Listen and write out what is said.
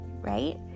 right